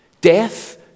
Death